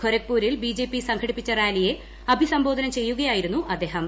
ഗൊരഖ്പൂരിൽ BJP സംഘടിപ്പിച്ച റാലിയെ അഭിസംബോധന ചെയ്യുകയായിരുന്നു അദ്ദേഹം